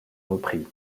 reprit